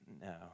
No